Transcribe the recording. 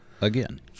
Again